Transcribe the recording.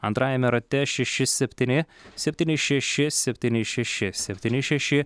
antrajame rate šeši septyni septyni šeši septyni šeši septyni šeši